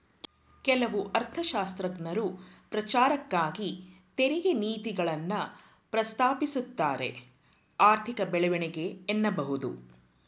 ಕೆಲವು ಅರ್ಥಶಾಸ್ತ್ರಜ್ಞರು ಪ್ರಚಾರಕ್ಕಾಗಿ ತೆರಿಗೆ ನೀತಿಗಳನ್ನ ಪ್ರಸ್ತಾಪಿಸುತ್ತಾರೆಆರ್ಥಿಕ ಬೆಳವಣಿಗೆ ಎನ್ನಬಹುದು